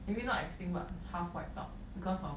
maybe not exctinct but half wiped out because of